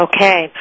Okay